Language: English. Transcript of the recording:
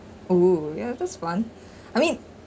oo ya that's fun I mean